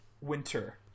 winter